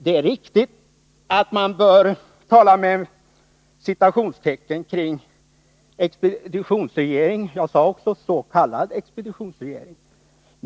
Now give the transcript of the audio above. Det är riktigt att man bör tala om ”expeditionsregering”. Jag sade ju s.k. expeditionsregering.